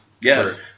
Yes